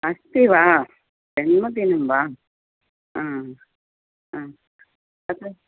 अस्ति वा जन्मदिनं वा तत्